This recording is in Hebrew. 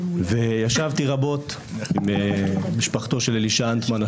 ישבתי רבות עם משפחתו של אלישע אנטמן,